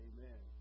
Amen